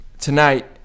tonight